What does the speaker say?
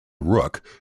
rook